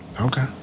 Okay